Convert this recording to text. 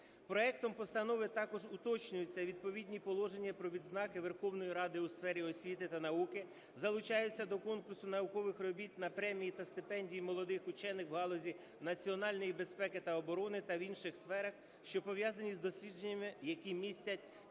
Проектом постанови також уточнюються відповідні положення про відзнаки Верховної Ради у сфері освіти та науки, залучаються до конкурсу наукових робіт на премії та стипендії молодих учених в галузі національної безпеки та оборони та в інших сферах, що пов'язані з дослідженнями, які містять